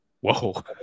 Whoa